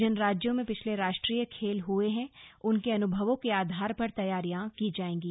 जिन राज्यों में पिछले राष्ट्रीय खेल हुए हैं उनके अनुभवों के आधार पर तैयारियां की जाएंगी